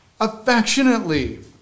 Affectionately